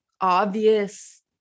obvious